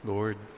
Lord